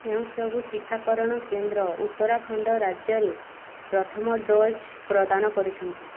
କେଉଁ ସବୁ ଟିକାକରଣ କେନ୍ଦ୍ର ଉତ୍ତରାଖଣ୍ଡ ରାଜ୍ୟରେ ପ୍ରଥମ ଡୋଜ୍ ପ୍ରଦାନ କରୁଛନ୍ତି